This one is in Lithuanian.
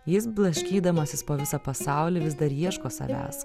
jis blaškydamasis po visą pasaulį vis dar ieško savęs